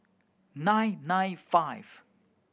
nine nine five